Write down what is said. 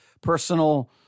personal